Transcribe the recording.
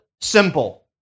simple